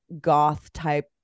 goth-type